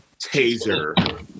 Taser